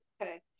okay